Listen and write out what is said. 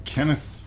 Kenneth